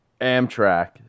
Amtrak